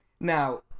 Now